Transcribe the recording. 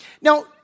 Now